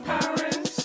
Paris